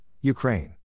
Ukraine